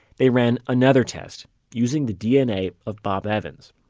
they ran another test using the dna of bob evans